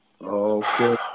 Okay